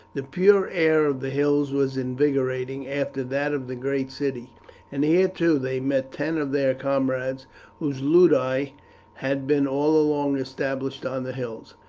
the pure air of the hills was invigorating after that of the great city and here, too, they met ten of their comrades whose ludi had been all along established on the hills.